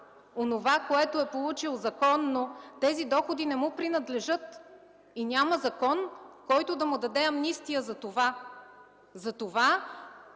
онова, което е получил законно, тези доходи не му принадлежат и няма закон, който да му даде амнистия за това. Затова